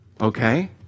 Okay